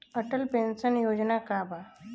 Atal pension योजना का बा?